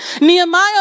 Nehemiah